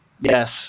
Yes